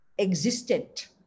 existent